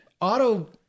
auto